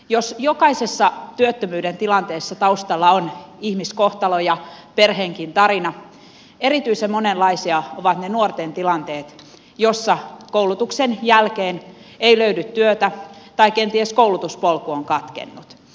jos jokaisessa työttömyyden tilanteessa taustalla on ihmiskohtaloja perheenkin tarina erityisen monenlaisia ovat ne nuorten tilanteet joissa koulutuksen jälkeen ei löydy työtä tai kenties koulutuspolku on katkennut